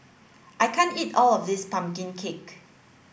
I can't eat all of this pumpkin cake